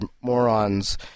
morons